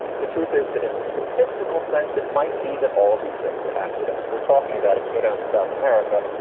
the truth is that in the statistical sense, it might be that all of these things are accidents we're talking about. if you go down to south america,